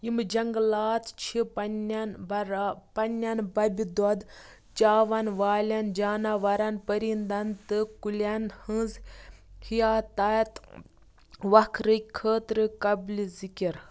یم جنٛگلات چھِ پنٕنٮ۪ن بَرا پنٕنٮ۪ن ببہِ دۄد چاون والٮ۪ن جاناورَن پرِنٛدن تہٕ كُلٮ۪ن ہٕنٛزِ حیاتت وكھرٕخٲطرٕ قابلِ ذِکِر